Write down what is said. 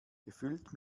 gefüllt